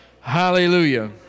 Hallelujah